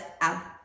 out